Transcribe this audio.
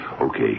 Okay